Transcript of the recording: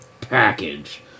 package